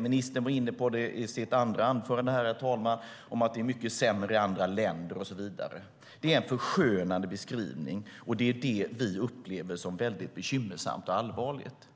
Ministern var i sitt andra anförande här, herr talman, inne på att det är mycket sämre i andra länder och så vidare. Det är en förskönande beskrivning, och det är det vi upplever som väldigt bekymmersamt och allvarligt.